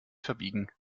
verbiegen